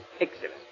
excellent